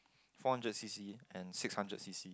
four hundred C_C and six hundred C_C